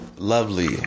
Lovely